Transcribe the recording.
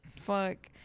fuck